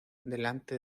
delante